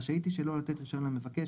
רשאית היא שלא לתת רישיון למבקש,